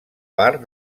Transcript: part